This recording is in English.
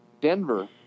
Denver